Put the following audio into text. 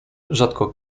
rzadko